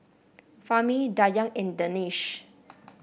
Fahmi Dayang and Danish